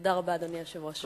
תודה רבה, אדוני היושב-ראש.